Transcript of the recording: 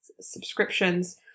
subscriptions